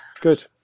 good